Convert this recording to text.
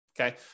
Okay